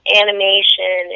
animation